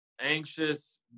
anxious